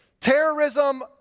Terrorism